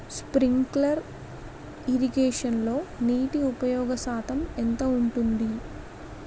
Sprinkler ఇరగేషన్లో నీటి ఉపయోగ శాతం ఎంత ఉంటుంది?